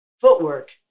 footwork